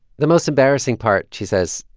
the most embarrassing part, she says,